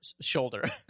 Shoulder